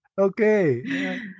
Okay